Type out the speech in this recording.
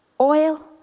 oil